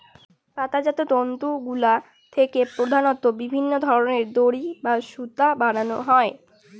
পাতাজাত তন্তুগুলা থেকে প্রধানত বিভিন্ন ধরনের দড়ি বা সুতা বানানো হয়